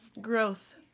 Growth